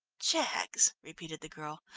jaggs? repeated the girl.